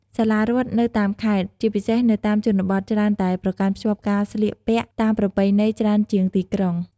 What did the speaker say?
សាលារដ្ឋនៅតាមខេត្ត ជាពិសេសនៅតាមជនបទច្រើនតែប្រកាន់ខ្ជាប់ការស្លៀកពាក់តាមប្រពៃណីច្រើនជាងទីក្រុង។